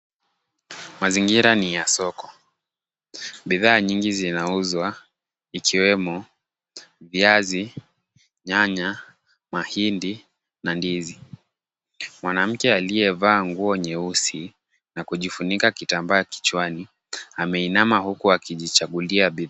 Mazingira ni ya soko. Bidhaa nyingi zinauzwa. Ikiwemo viazi, nyanya, mahindi, na ndizi. Mwanamke aliyevaa nguo nyeusi na kujifunika kitambaa kichwani ameinama huku akijichagulia.